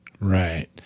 Right